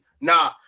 Nah